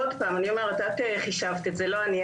עוד פעם, את חישבת את זה, לא אני.